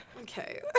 Okay